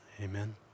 Amen